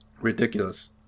ridiculous